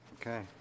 Okay